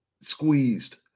squeezed